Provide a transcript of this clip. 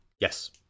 Yes